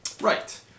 Right